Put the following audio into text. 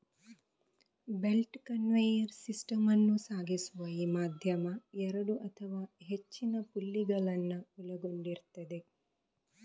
belt conveyor system ಅನ್ನು ಸಾಗಿಸುವ ಈ ಮಾಧ್ಯಮ ಎರಡು ಅಥವಾ ಹೆಚ್ಚಿನ ಪುಲ್ಲಿಗಳನ್ನ ಒಳಗೊಂಡಿರ್ತದೆ